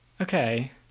Okay